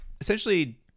Essentially